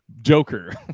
joker